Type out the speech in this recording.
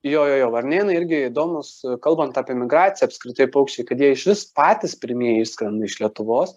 jo jo jo varnėnai irgi įdomūs kalbant apie migraciją apskritai paukščiai kad jie išvis patys pirmieji išskrenda iš lietuvos